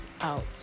out